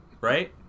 Right